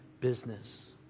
business